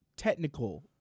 technical